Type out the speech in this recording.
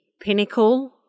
pinnacle